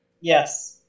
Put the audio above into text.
yes